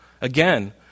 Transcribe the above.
Again